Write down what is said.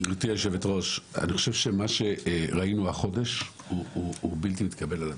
אני חושב שמה שראינו החודש הוא בלתי מתקבל על הדעת.